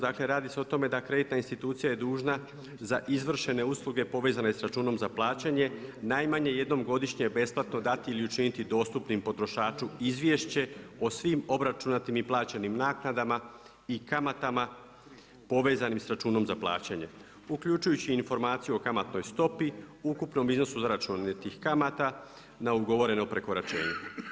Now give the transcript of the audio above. Dakle, radi se o tome da kreditna institucija je dužna za izvršene usluge povezane sa računom za plaćanje najmanje jednom godišnje besplatno dati ili učiniti dostupnim potrošaču izvješće o svim obračunatim i plaćenim naknadama i kamatama povezanim sa računom za plaćanje uključujući i informaciju o kamatnoj stopi, ukupnom iznosu za računanje tih kamata na ugovoreno prekoračenje.